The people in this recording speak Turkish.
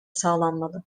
sağlanmalı